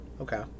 okay